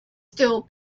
still